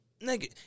Nigga